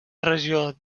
regió